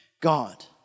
God